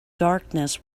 darkness